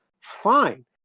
fine